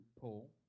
Paul